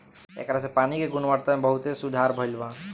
ऐकरा से पानी के गुणवत्ता में बहुते सुधार भईल बा